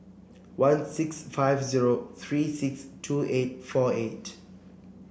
one six five zero three six two eight four eight